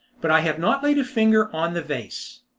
but i have not laid a finger on the vase.